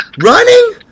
Running